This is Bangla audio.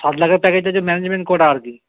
সাত লাখের প্যাকেজটা হচ্ছে ম্যানেজমেন্ট কোটা আর কি